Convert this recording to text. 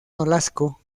nolasco